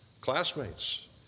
classmates